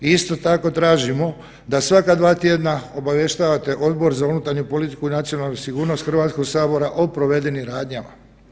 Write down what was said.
I isto tako tražimo da svaka dva tjedna obavještavate Odbor za unutarnju politiku i nacionalnu sigurnost Hrvatskog sabora o provedenim radnjama.